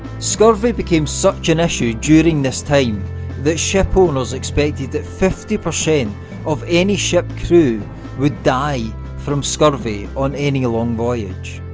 scurvy became such an issue during this time that shipowners expected that fifty percent of any ship crew would die from scurvy on any long voyage.